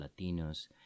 Latinos